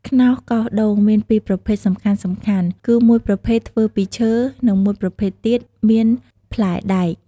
ខ្នោសកោសដូងមានពីរប្រភេទសំខាន់ៗ គឺមួយប្រភេទធ្វើពីឈើ និងមួយប្រភេទទៀតមានផ្លែដែក។